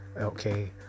okay